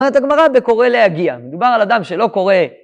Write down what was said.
אומרת הגמרא בקורא להגיע. מדובר על אדם שלא קורא